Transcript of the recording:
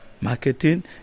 Marketing